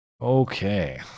Okay